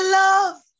love